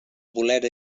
voler